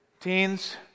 teens